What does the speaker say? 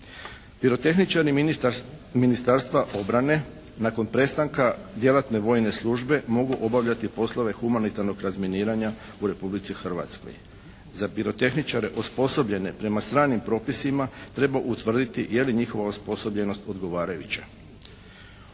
Pirotehničari Ministarstva obrane nakon prestanka djelatne vojne službe mogu obavljati poslove humanitarnog razminiranja u Republici Hrvatskoj. Za pirotehničare osposobljene prema stranim propisima treba utvrditi je li njihova osposobljenost odgovarajuća.